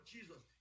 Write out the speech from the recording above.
Jesus